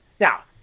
Now